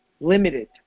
limited